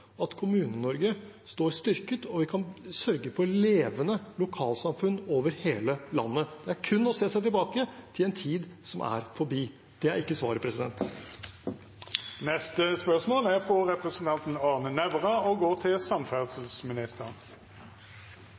at Kommune-Norge står styrket, og hvordan vi kan sørge for levende lokalsamfunn over hele landet. Det er kun å se seg tilbake til en tid som er forbi. Det er ikke svaret.